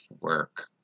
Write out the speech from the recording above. work